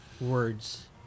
words